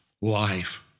life